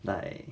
like